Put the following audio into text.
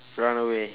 run away